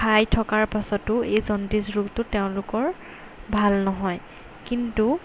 খাই থকাৰ পাছতো এই জণ্ডিচ ৰোগটো তেওঁলোকৰ ভাল নহয় কিন্তু